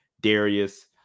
darius